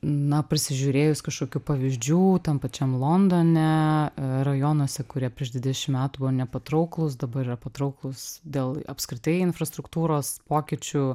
na prisižiūrėjus kažkokių pavyzdžių tam pačiam londone rajonuose kurie prieš dvidešim metų buvo nepatrauklūs dabar yra patrauklūs dėl apskritai infrastruktūros pokyčių